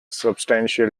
substantial